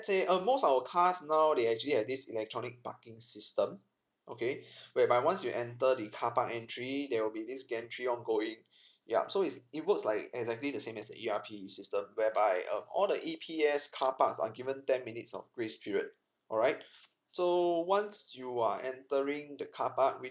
say err most our cars now they actually have this electronic parking system okay whereby once you enter the carpark entry there will be this gantry ongoing yup so is it works like exactly the same as E_R_P E system whereby um all the E_P_S carparks are given ten minutes of grace period alright so once you are entering the carpark